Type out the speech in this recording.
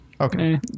okay